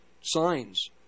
signs